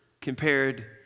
compared